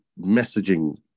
messaging